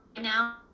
now